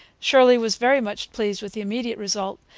shirley was very much pleased with the immediate result,